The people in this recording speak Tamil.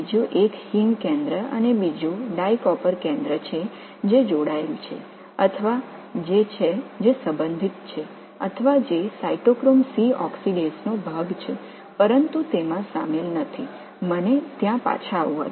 மற்றொரு ஹீம் மையம் மற்றும் மற்றொரு டைகாப்பர் மையம் இணைக்கப்பட்டுள்ளது அல்லது இது ஒன்றோடொன்று தொடர்புடையது அல்லது இது சைட்டோக்ரோம் C ஆக்ஸிடேஸின் ஒரு பகுதியாகும் ஆனால் அவை சம்பந்தப்படாதவை